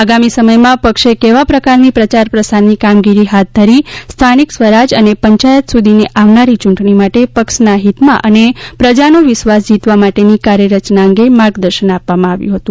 આગામી સમયમાં પક્ષે કેવા પ્રકારની પ્રયાર પ્રસારની કામગીરી હાથ ધરી સ્થાનિક સ્વરાજ્ય અને પંચાયત સુધીની આવનાર યૂંટણી માટે પક્ષના હિતમાં અને પ્રજાનો વિશ્વાસ જીતવા માટેની કાર્યરચના અંગે માર્ગદર્શન આપવામાં આવ્યું હતું